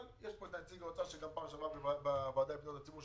אבל יש פה את נציג האוצר שגם היה בוועדה לפניות הציבור,